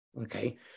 Okay